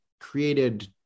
created